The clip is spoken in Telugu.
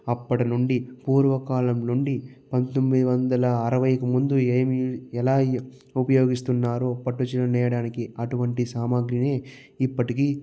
అప్పటినుండి పూర్వకాలం నుండి పంతొమ్మిది వందల అరవైకి ముందు ఏమి ఎలా ఉపయోగిస్తున్నారో పట్టుచీరలు నేయడానికి అటువంటి సామాగ్రిని ఇప్పటికీ